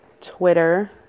Twitter